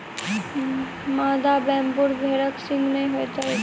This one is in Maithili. मादा वेम्बूर भेड़क सींघ नै होइत अछि